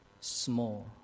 small